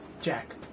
Jack